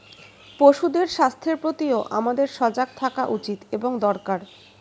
পশুদের স্বাস্থ্যের প্রতিও আমাদের সজাগ থাকা উচিত এবং দরকার